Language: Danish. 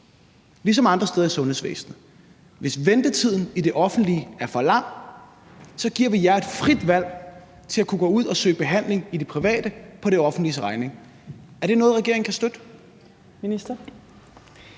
ligesom andre steder i sundhedsvæsenet: Hvis ventetiden i det offentlige er for lang, giver vi jer et frit valg til at kunne gå ud og søge behandling i det private på det offentliges regning. Er det noget, regeringen kan støtte?